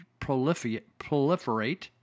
proliferate